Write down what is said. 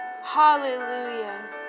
Hallelujah